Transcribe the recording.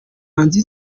manzi